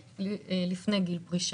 לפני גיל פרישה.